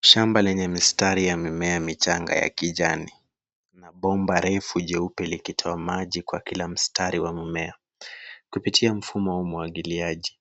Shamba lenye mistari ya mimea michanga ya kijani na bomba refu jeupe likitoa maji kwa kila mstari wa mmea. Kupitia mfumo wa umwagiliaji,